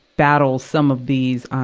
battle some of these, ah,